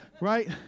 right